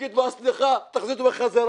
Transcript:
תגיד לו: סליחה, תחזיר אותי בחזרה.